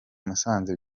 musanze